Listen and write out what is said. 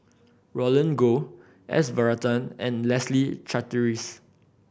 Roland Goh S Varathan and Leslie Charteris